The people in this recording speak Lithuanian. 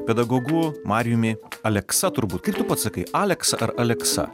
pedagogu marijumi aleksa turbūt kaip tu pats sakai aleksą ar aleksa